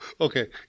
Okay